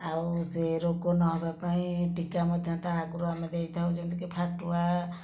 ଆଉ ସେ ରୋଗ ନହେବାପାଇଁ ଟୀକା ମଧ୍ୟ ତା ଆଗରୁ ଆମେ ଦେଇଥାଉ ଯେମିତି କି ଫାଟୁଆ